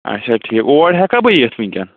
اَچھا ٹھیٖک اور ہٮ۪کہ بہٕ یِتھ وٕنۍکٮ۪ن